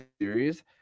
series